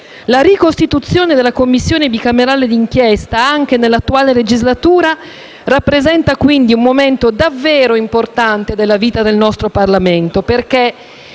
La ricostituzione della Commissione bicamerale d'inchiesta, anche nell'attuale legislatura, rappresenta, quindi, un momento davvero importante della vita del nostro Parlamento,